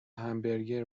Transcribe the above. همبرگر